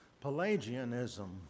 Pelagianism